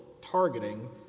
targeting